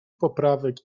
poprawek